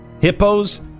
hippos